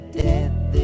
death